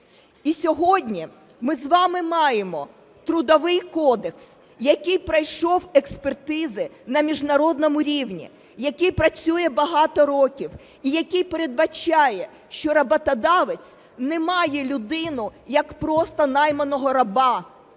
І сьогодні ми з вами маємо Трудовий кодекс, який пройшов експертизи на міжнародному рівні, який працює багато років і який передбачає, що роботодавець не має людину як просто найманого раба,